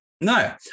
No